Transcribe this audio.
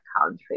country